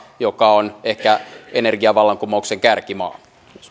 joka on ehkä energiavallankumouksen kärkimaa